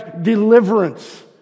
deliverance